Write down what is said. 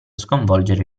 sconvolgere